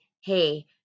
hey